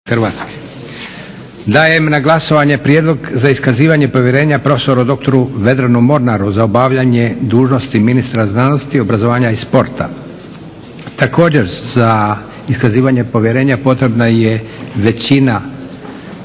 Hrvatske. Dajem na glasovanje prijedlog za iskazivanje povjerenja profesoru doktoru Vedranu Mornaru za obavljanje dužnosti ministra znanosti, obrazovanja i sporta. Također za iskazivanje povjerenja potrebna je većina